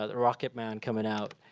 ah rocket man coming out,